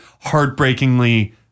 heartbreakingly